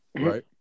right